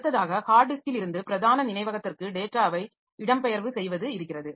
அடுத்தாக hard டிஸ்க்கில் இருந்து பிரதான நினைவகத்திற்கு டேட்டாவை இடம்பெயர்வு செய்வது இருக்கிறது